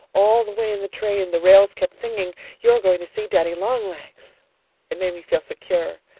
all the way in the train the rails kept singing, you're going to see daddy-long-legs it made me feel secure.